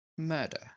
Murder